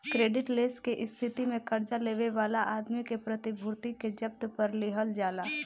credit less के स्थिति में कर्जा लेवे वाला आदमी के प्रतिभूति के जब्त कर लिहल जाला